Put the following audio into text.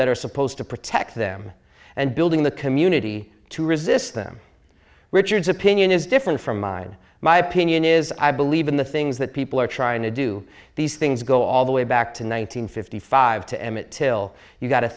that are supposed to protect them and building the community to resist them richards opinion is different from mine my opinion is i believe in the things that people are trying to do these things go all the way back to the one nine hundred fifty five to emmett till you got to